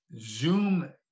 Zoom